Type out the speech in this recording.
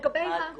מה התגובה?